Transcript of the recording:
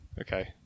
Okay